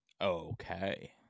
okay